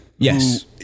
Yes